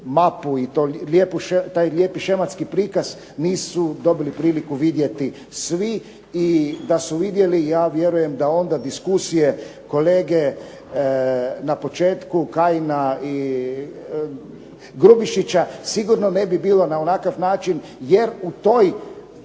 i taj lijepi šematski prikaz nisu imali priliku vidjeti svi i da su vidjeli ja vjerujem da onda diskusije kolege na početku, Kajina i Grubišića, sigurno ne bi bilo na ovakav način jer u toj